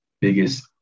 biggest